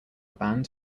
band